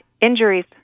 injuries